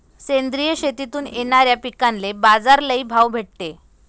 सेंद्रिय शेतीतून येनाऱ्या पिकांले बाजार लई भाव भेटते